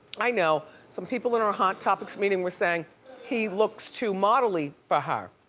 i know, some people in our hot topics meeting were saying he looks too model-y for her.